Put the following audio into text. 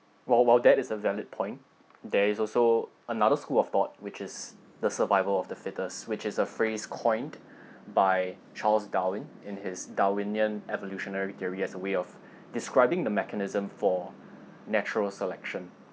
while while that is a valid point there is also another school of thought which is the survival of the fittest which is a phrase coined by charles darwin in his darwinian evolutionary theory as a way of describing the mechanism for natural selection